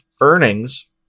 earnings